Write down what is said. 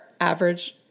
average